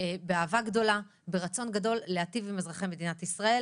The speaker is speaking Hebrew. באהבה גדולה וברצון גדול להיטיב עם אזרחי מדינת ישראל.